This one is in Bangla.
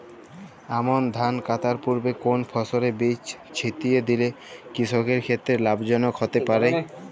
আমন ধান কাটার পূর্বে কোন ফসলের বীজ ছিটিয়ে দিলে কৃষকের ক্ষেত্রে লাভজনক হতে পারে?